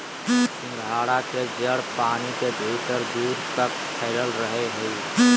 सिंघाड़ा के जड़ पानी के भीतर दूर तक फैलल रहा हइ